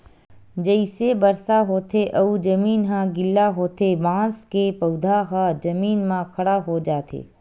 जइसे बरसा होथे अउ जमीन ह गिल्ला होथे बांस के पउधा ह जमीन म खड़ा हो जाथे